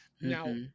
now